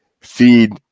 feed